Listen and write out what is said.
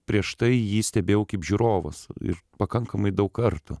prieš tai jį stebėjau kaip žiūrovas ir pakankamai daug kartų